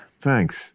Thanks